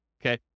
okay